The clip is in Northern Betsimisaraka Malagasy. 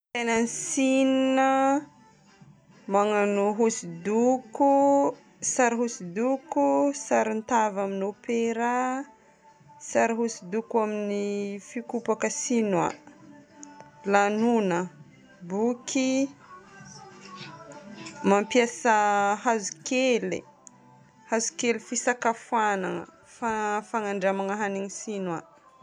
Kolontsainan'i Chine, magnano hosodoko, sary hosodoko, sarin-tava amin'ny opera, sary hosodoko amin'ny fikopaka chinois, lagnona, boky, mampiasa hazokely, hazokely fisakafoagnana, fanandramagna hanigny chinois.